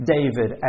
David